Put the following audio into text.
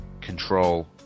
control